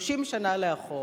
30 שנה לאחור.